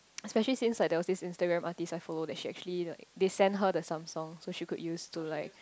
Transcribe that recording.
especially since like there was this Instagram artist I follow that she actually like they send her the Samsung so she could use to like